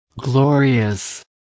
glorious